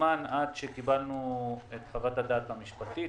זמן עד שקיבלנו את חוות הדעת המשפטית,